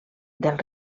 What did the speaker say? del